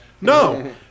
no